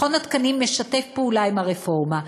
מכון התקנים משתף פעולה עם הרפורמה,